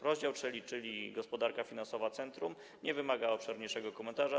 Rozdział trzeci, czyli gospodarka finansowa centrum, nie wymaga obszerniejszego komentarza.